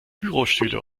bürostühle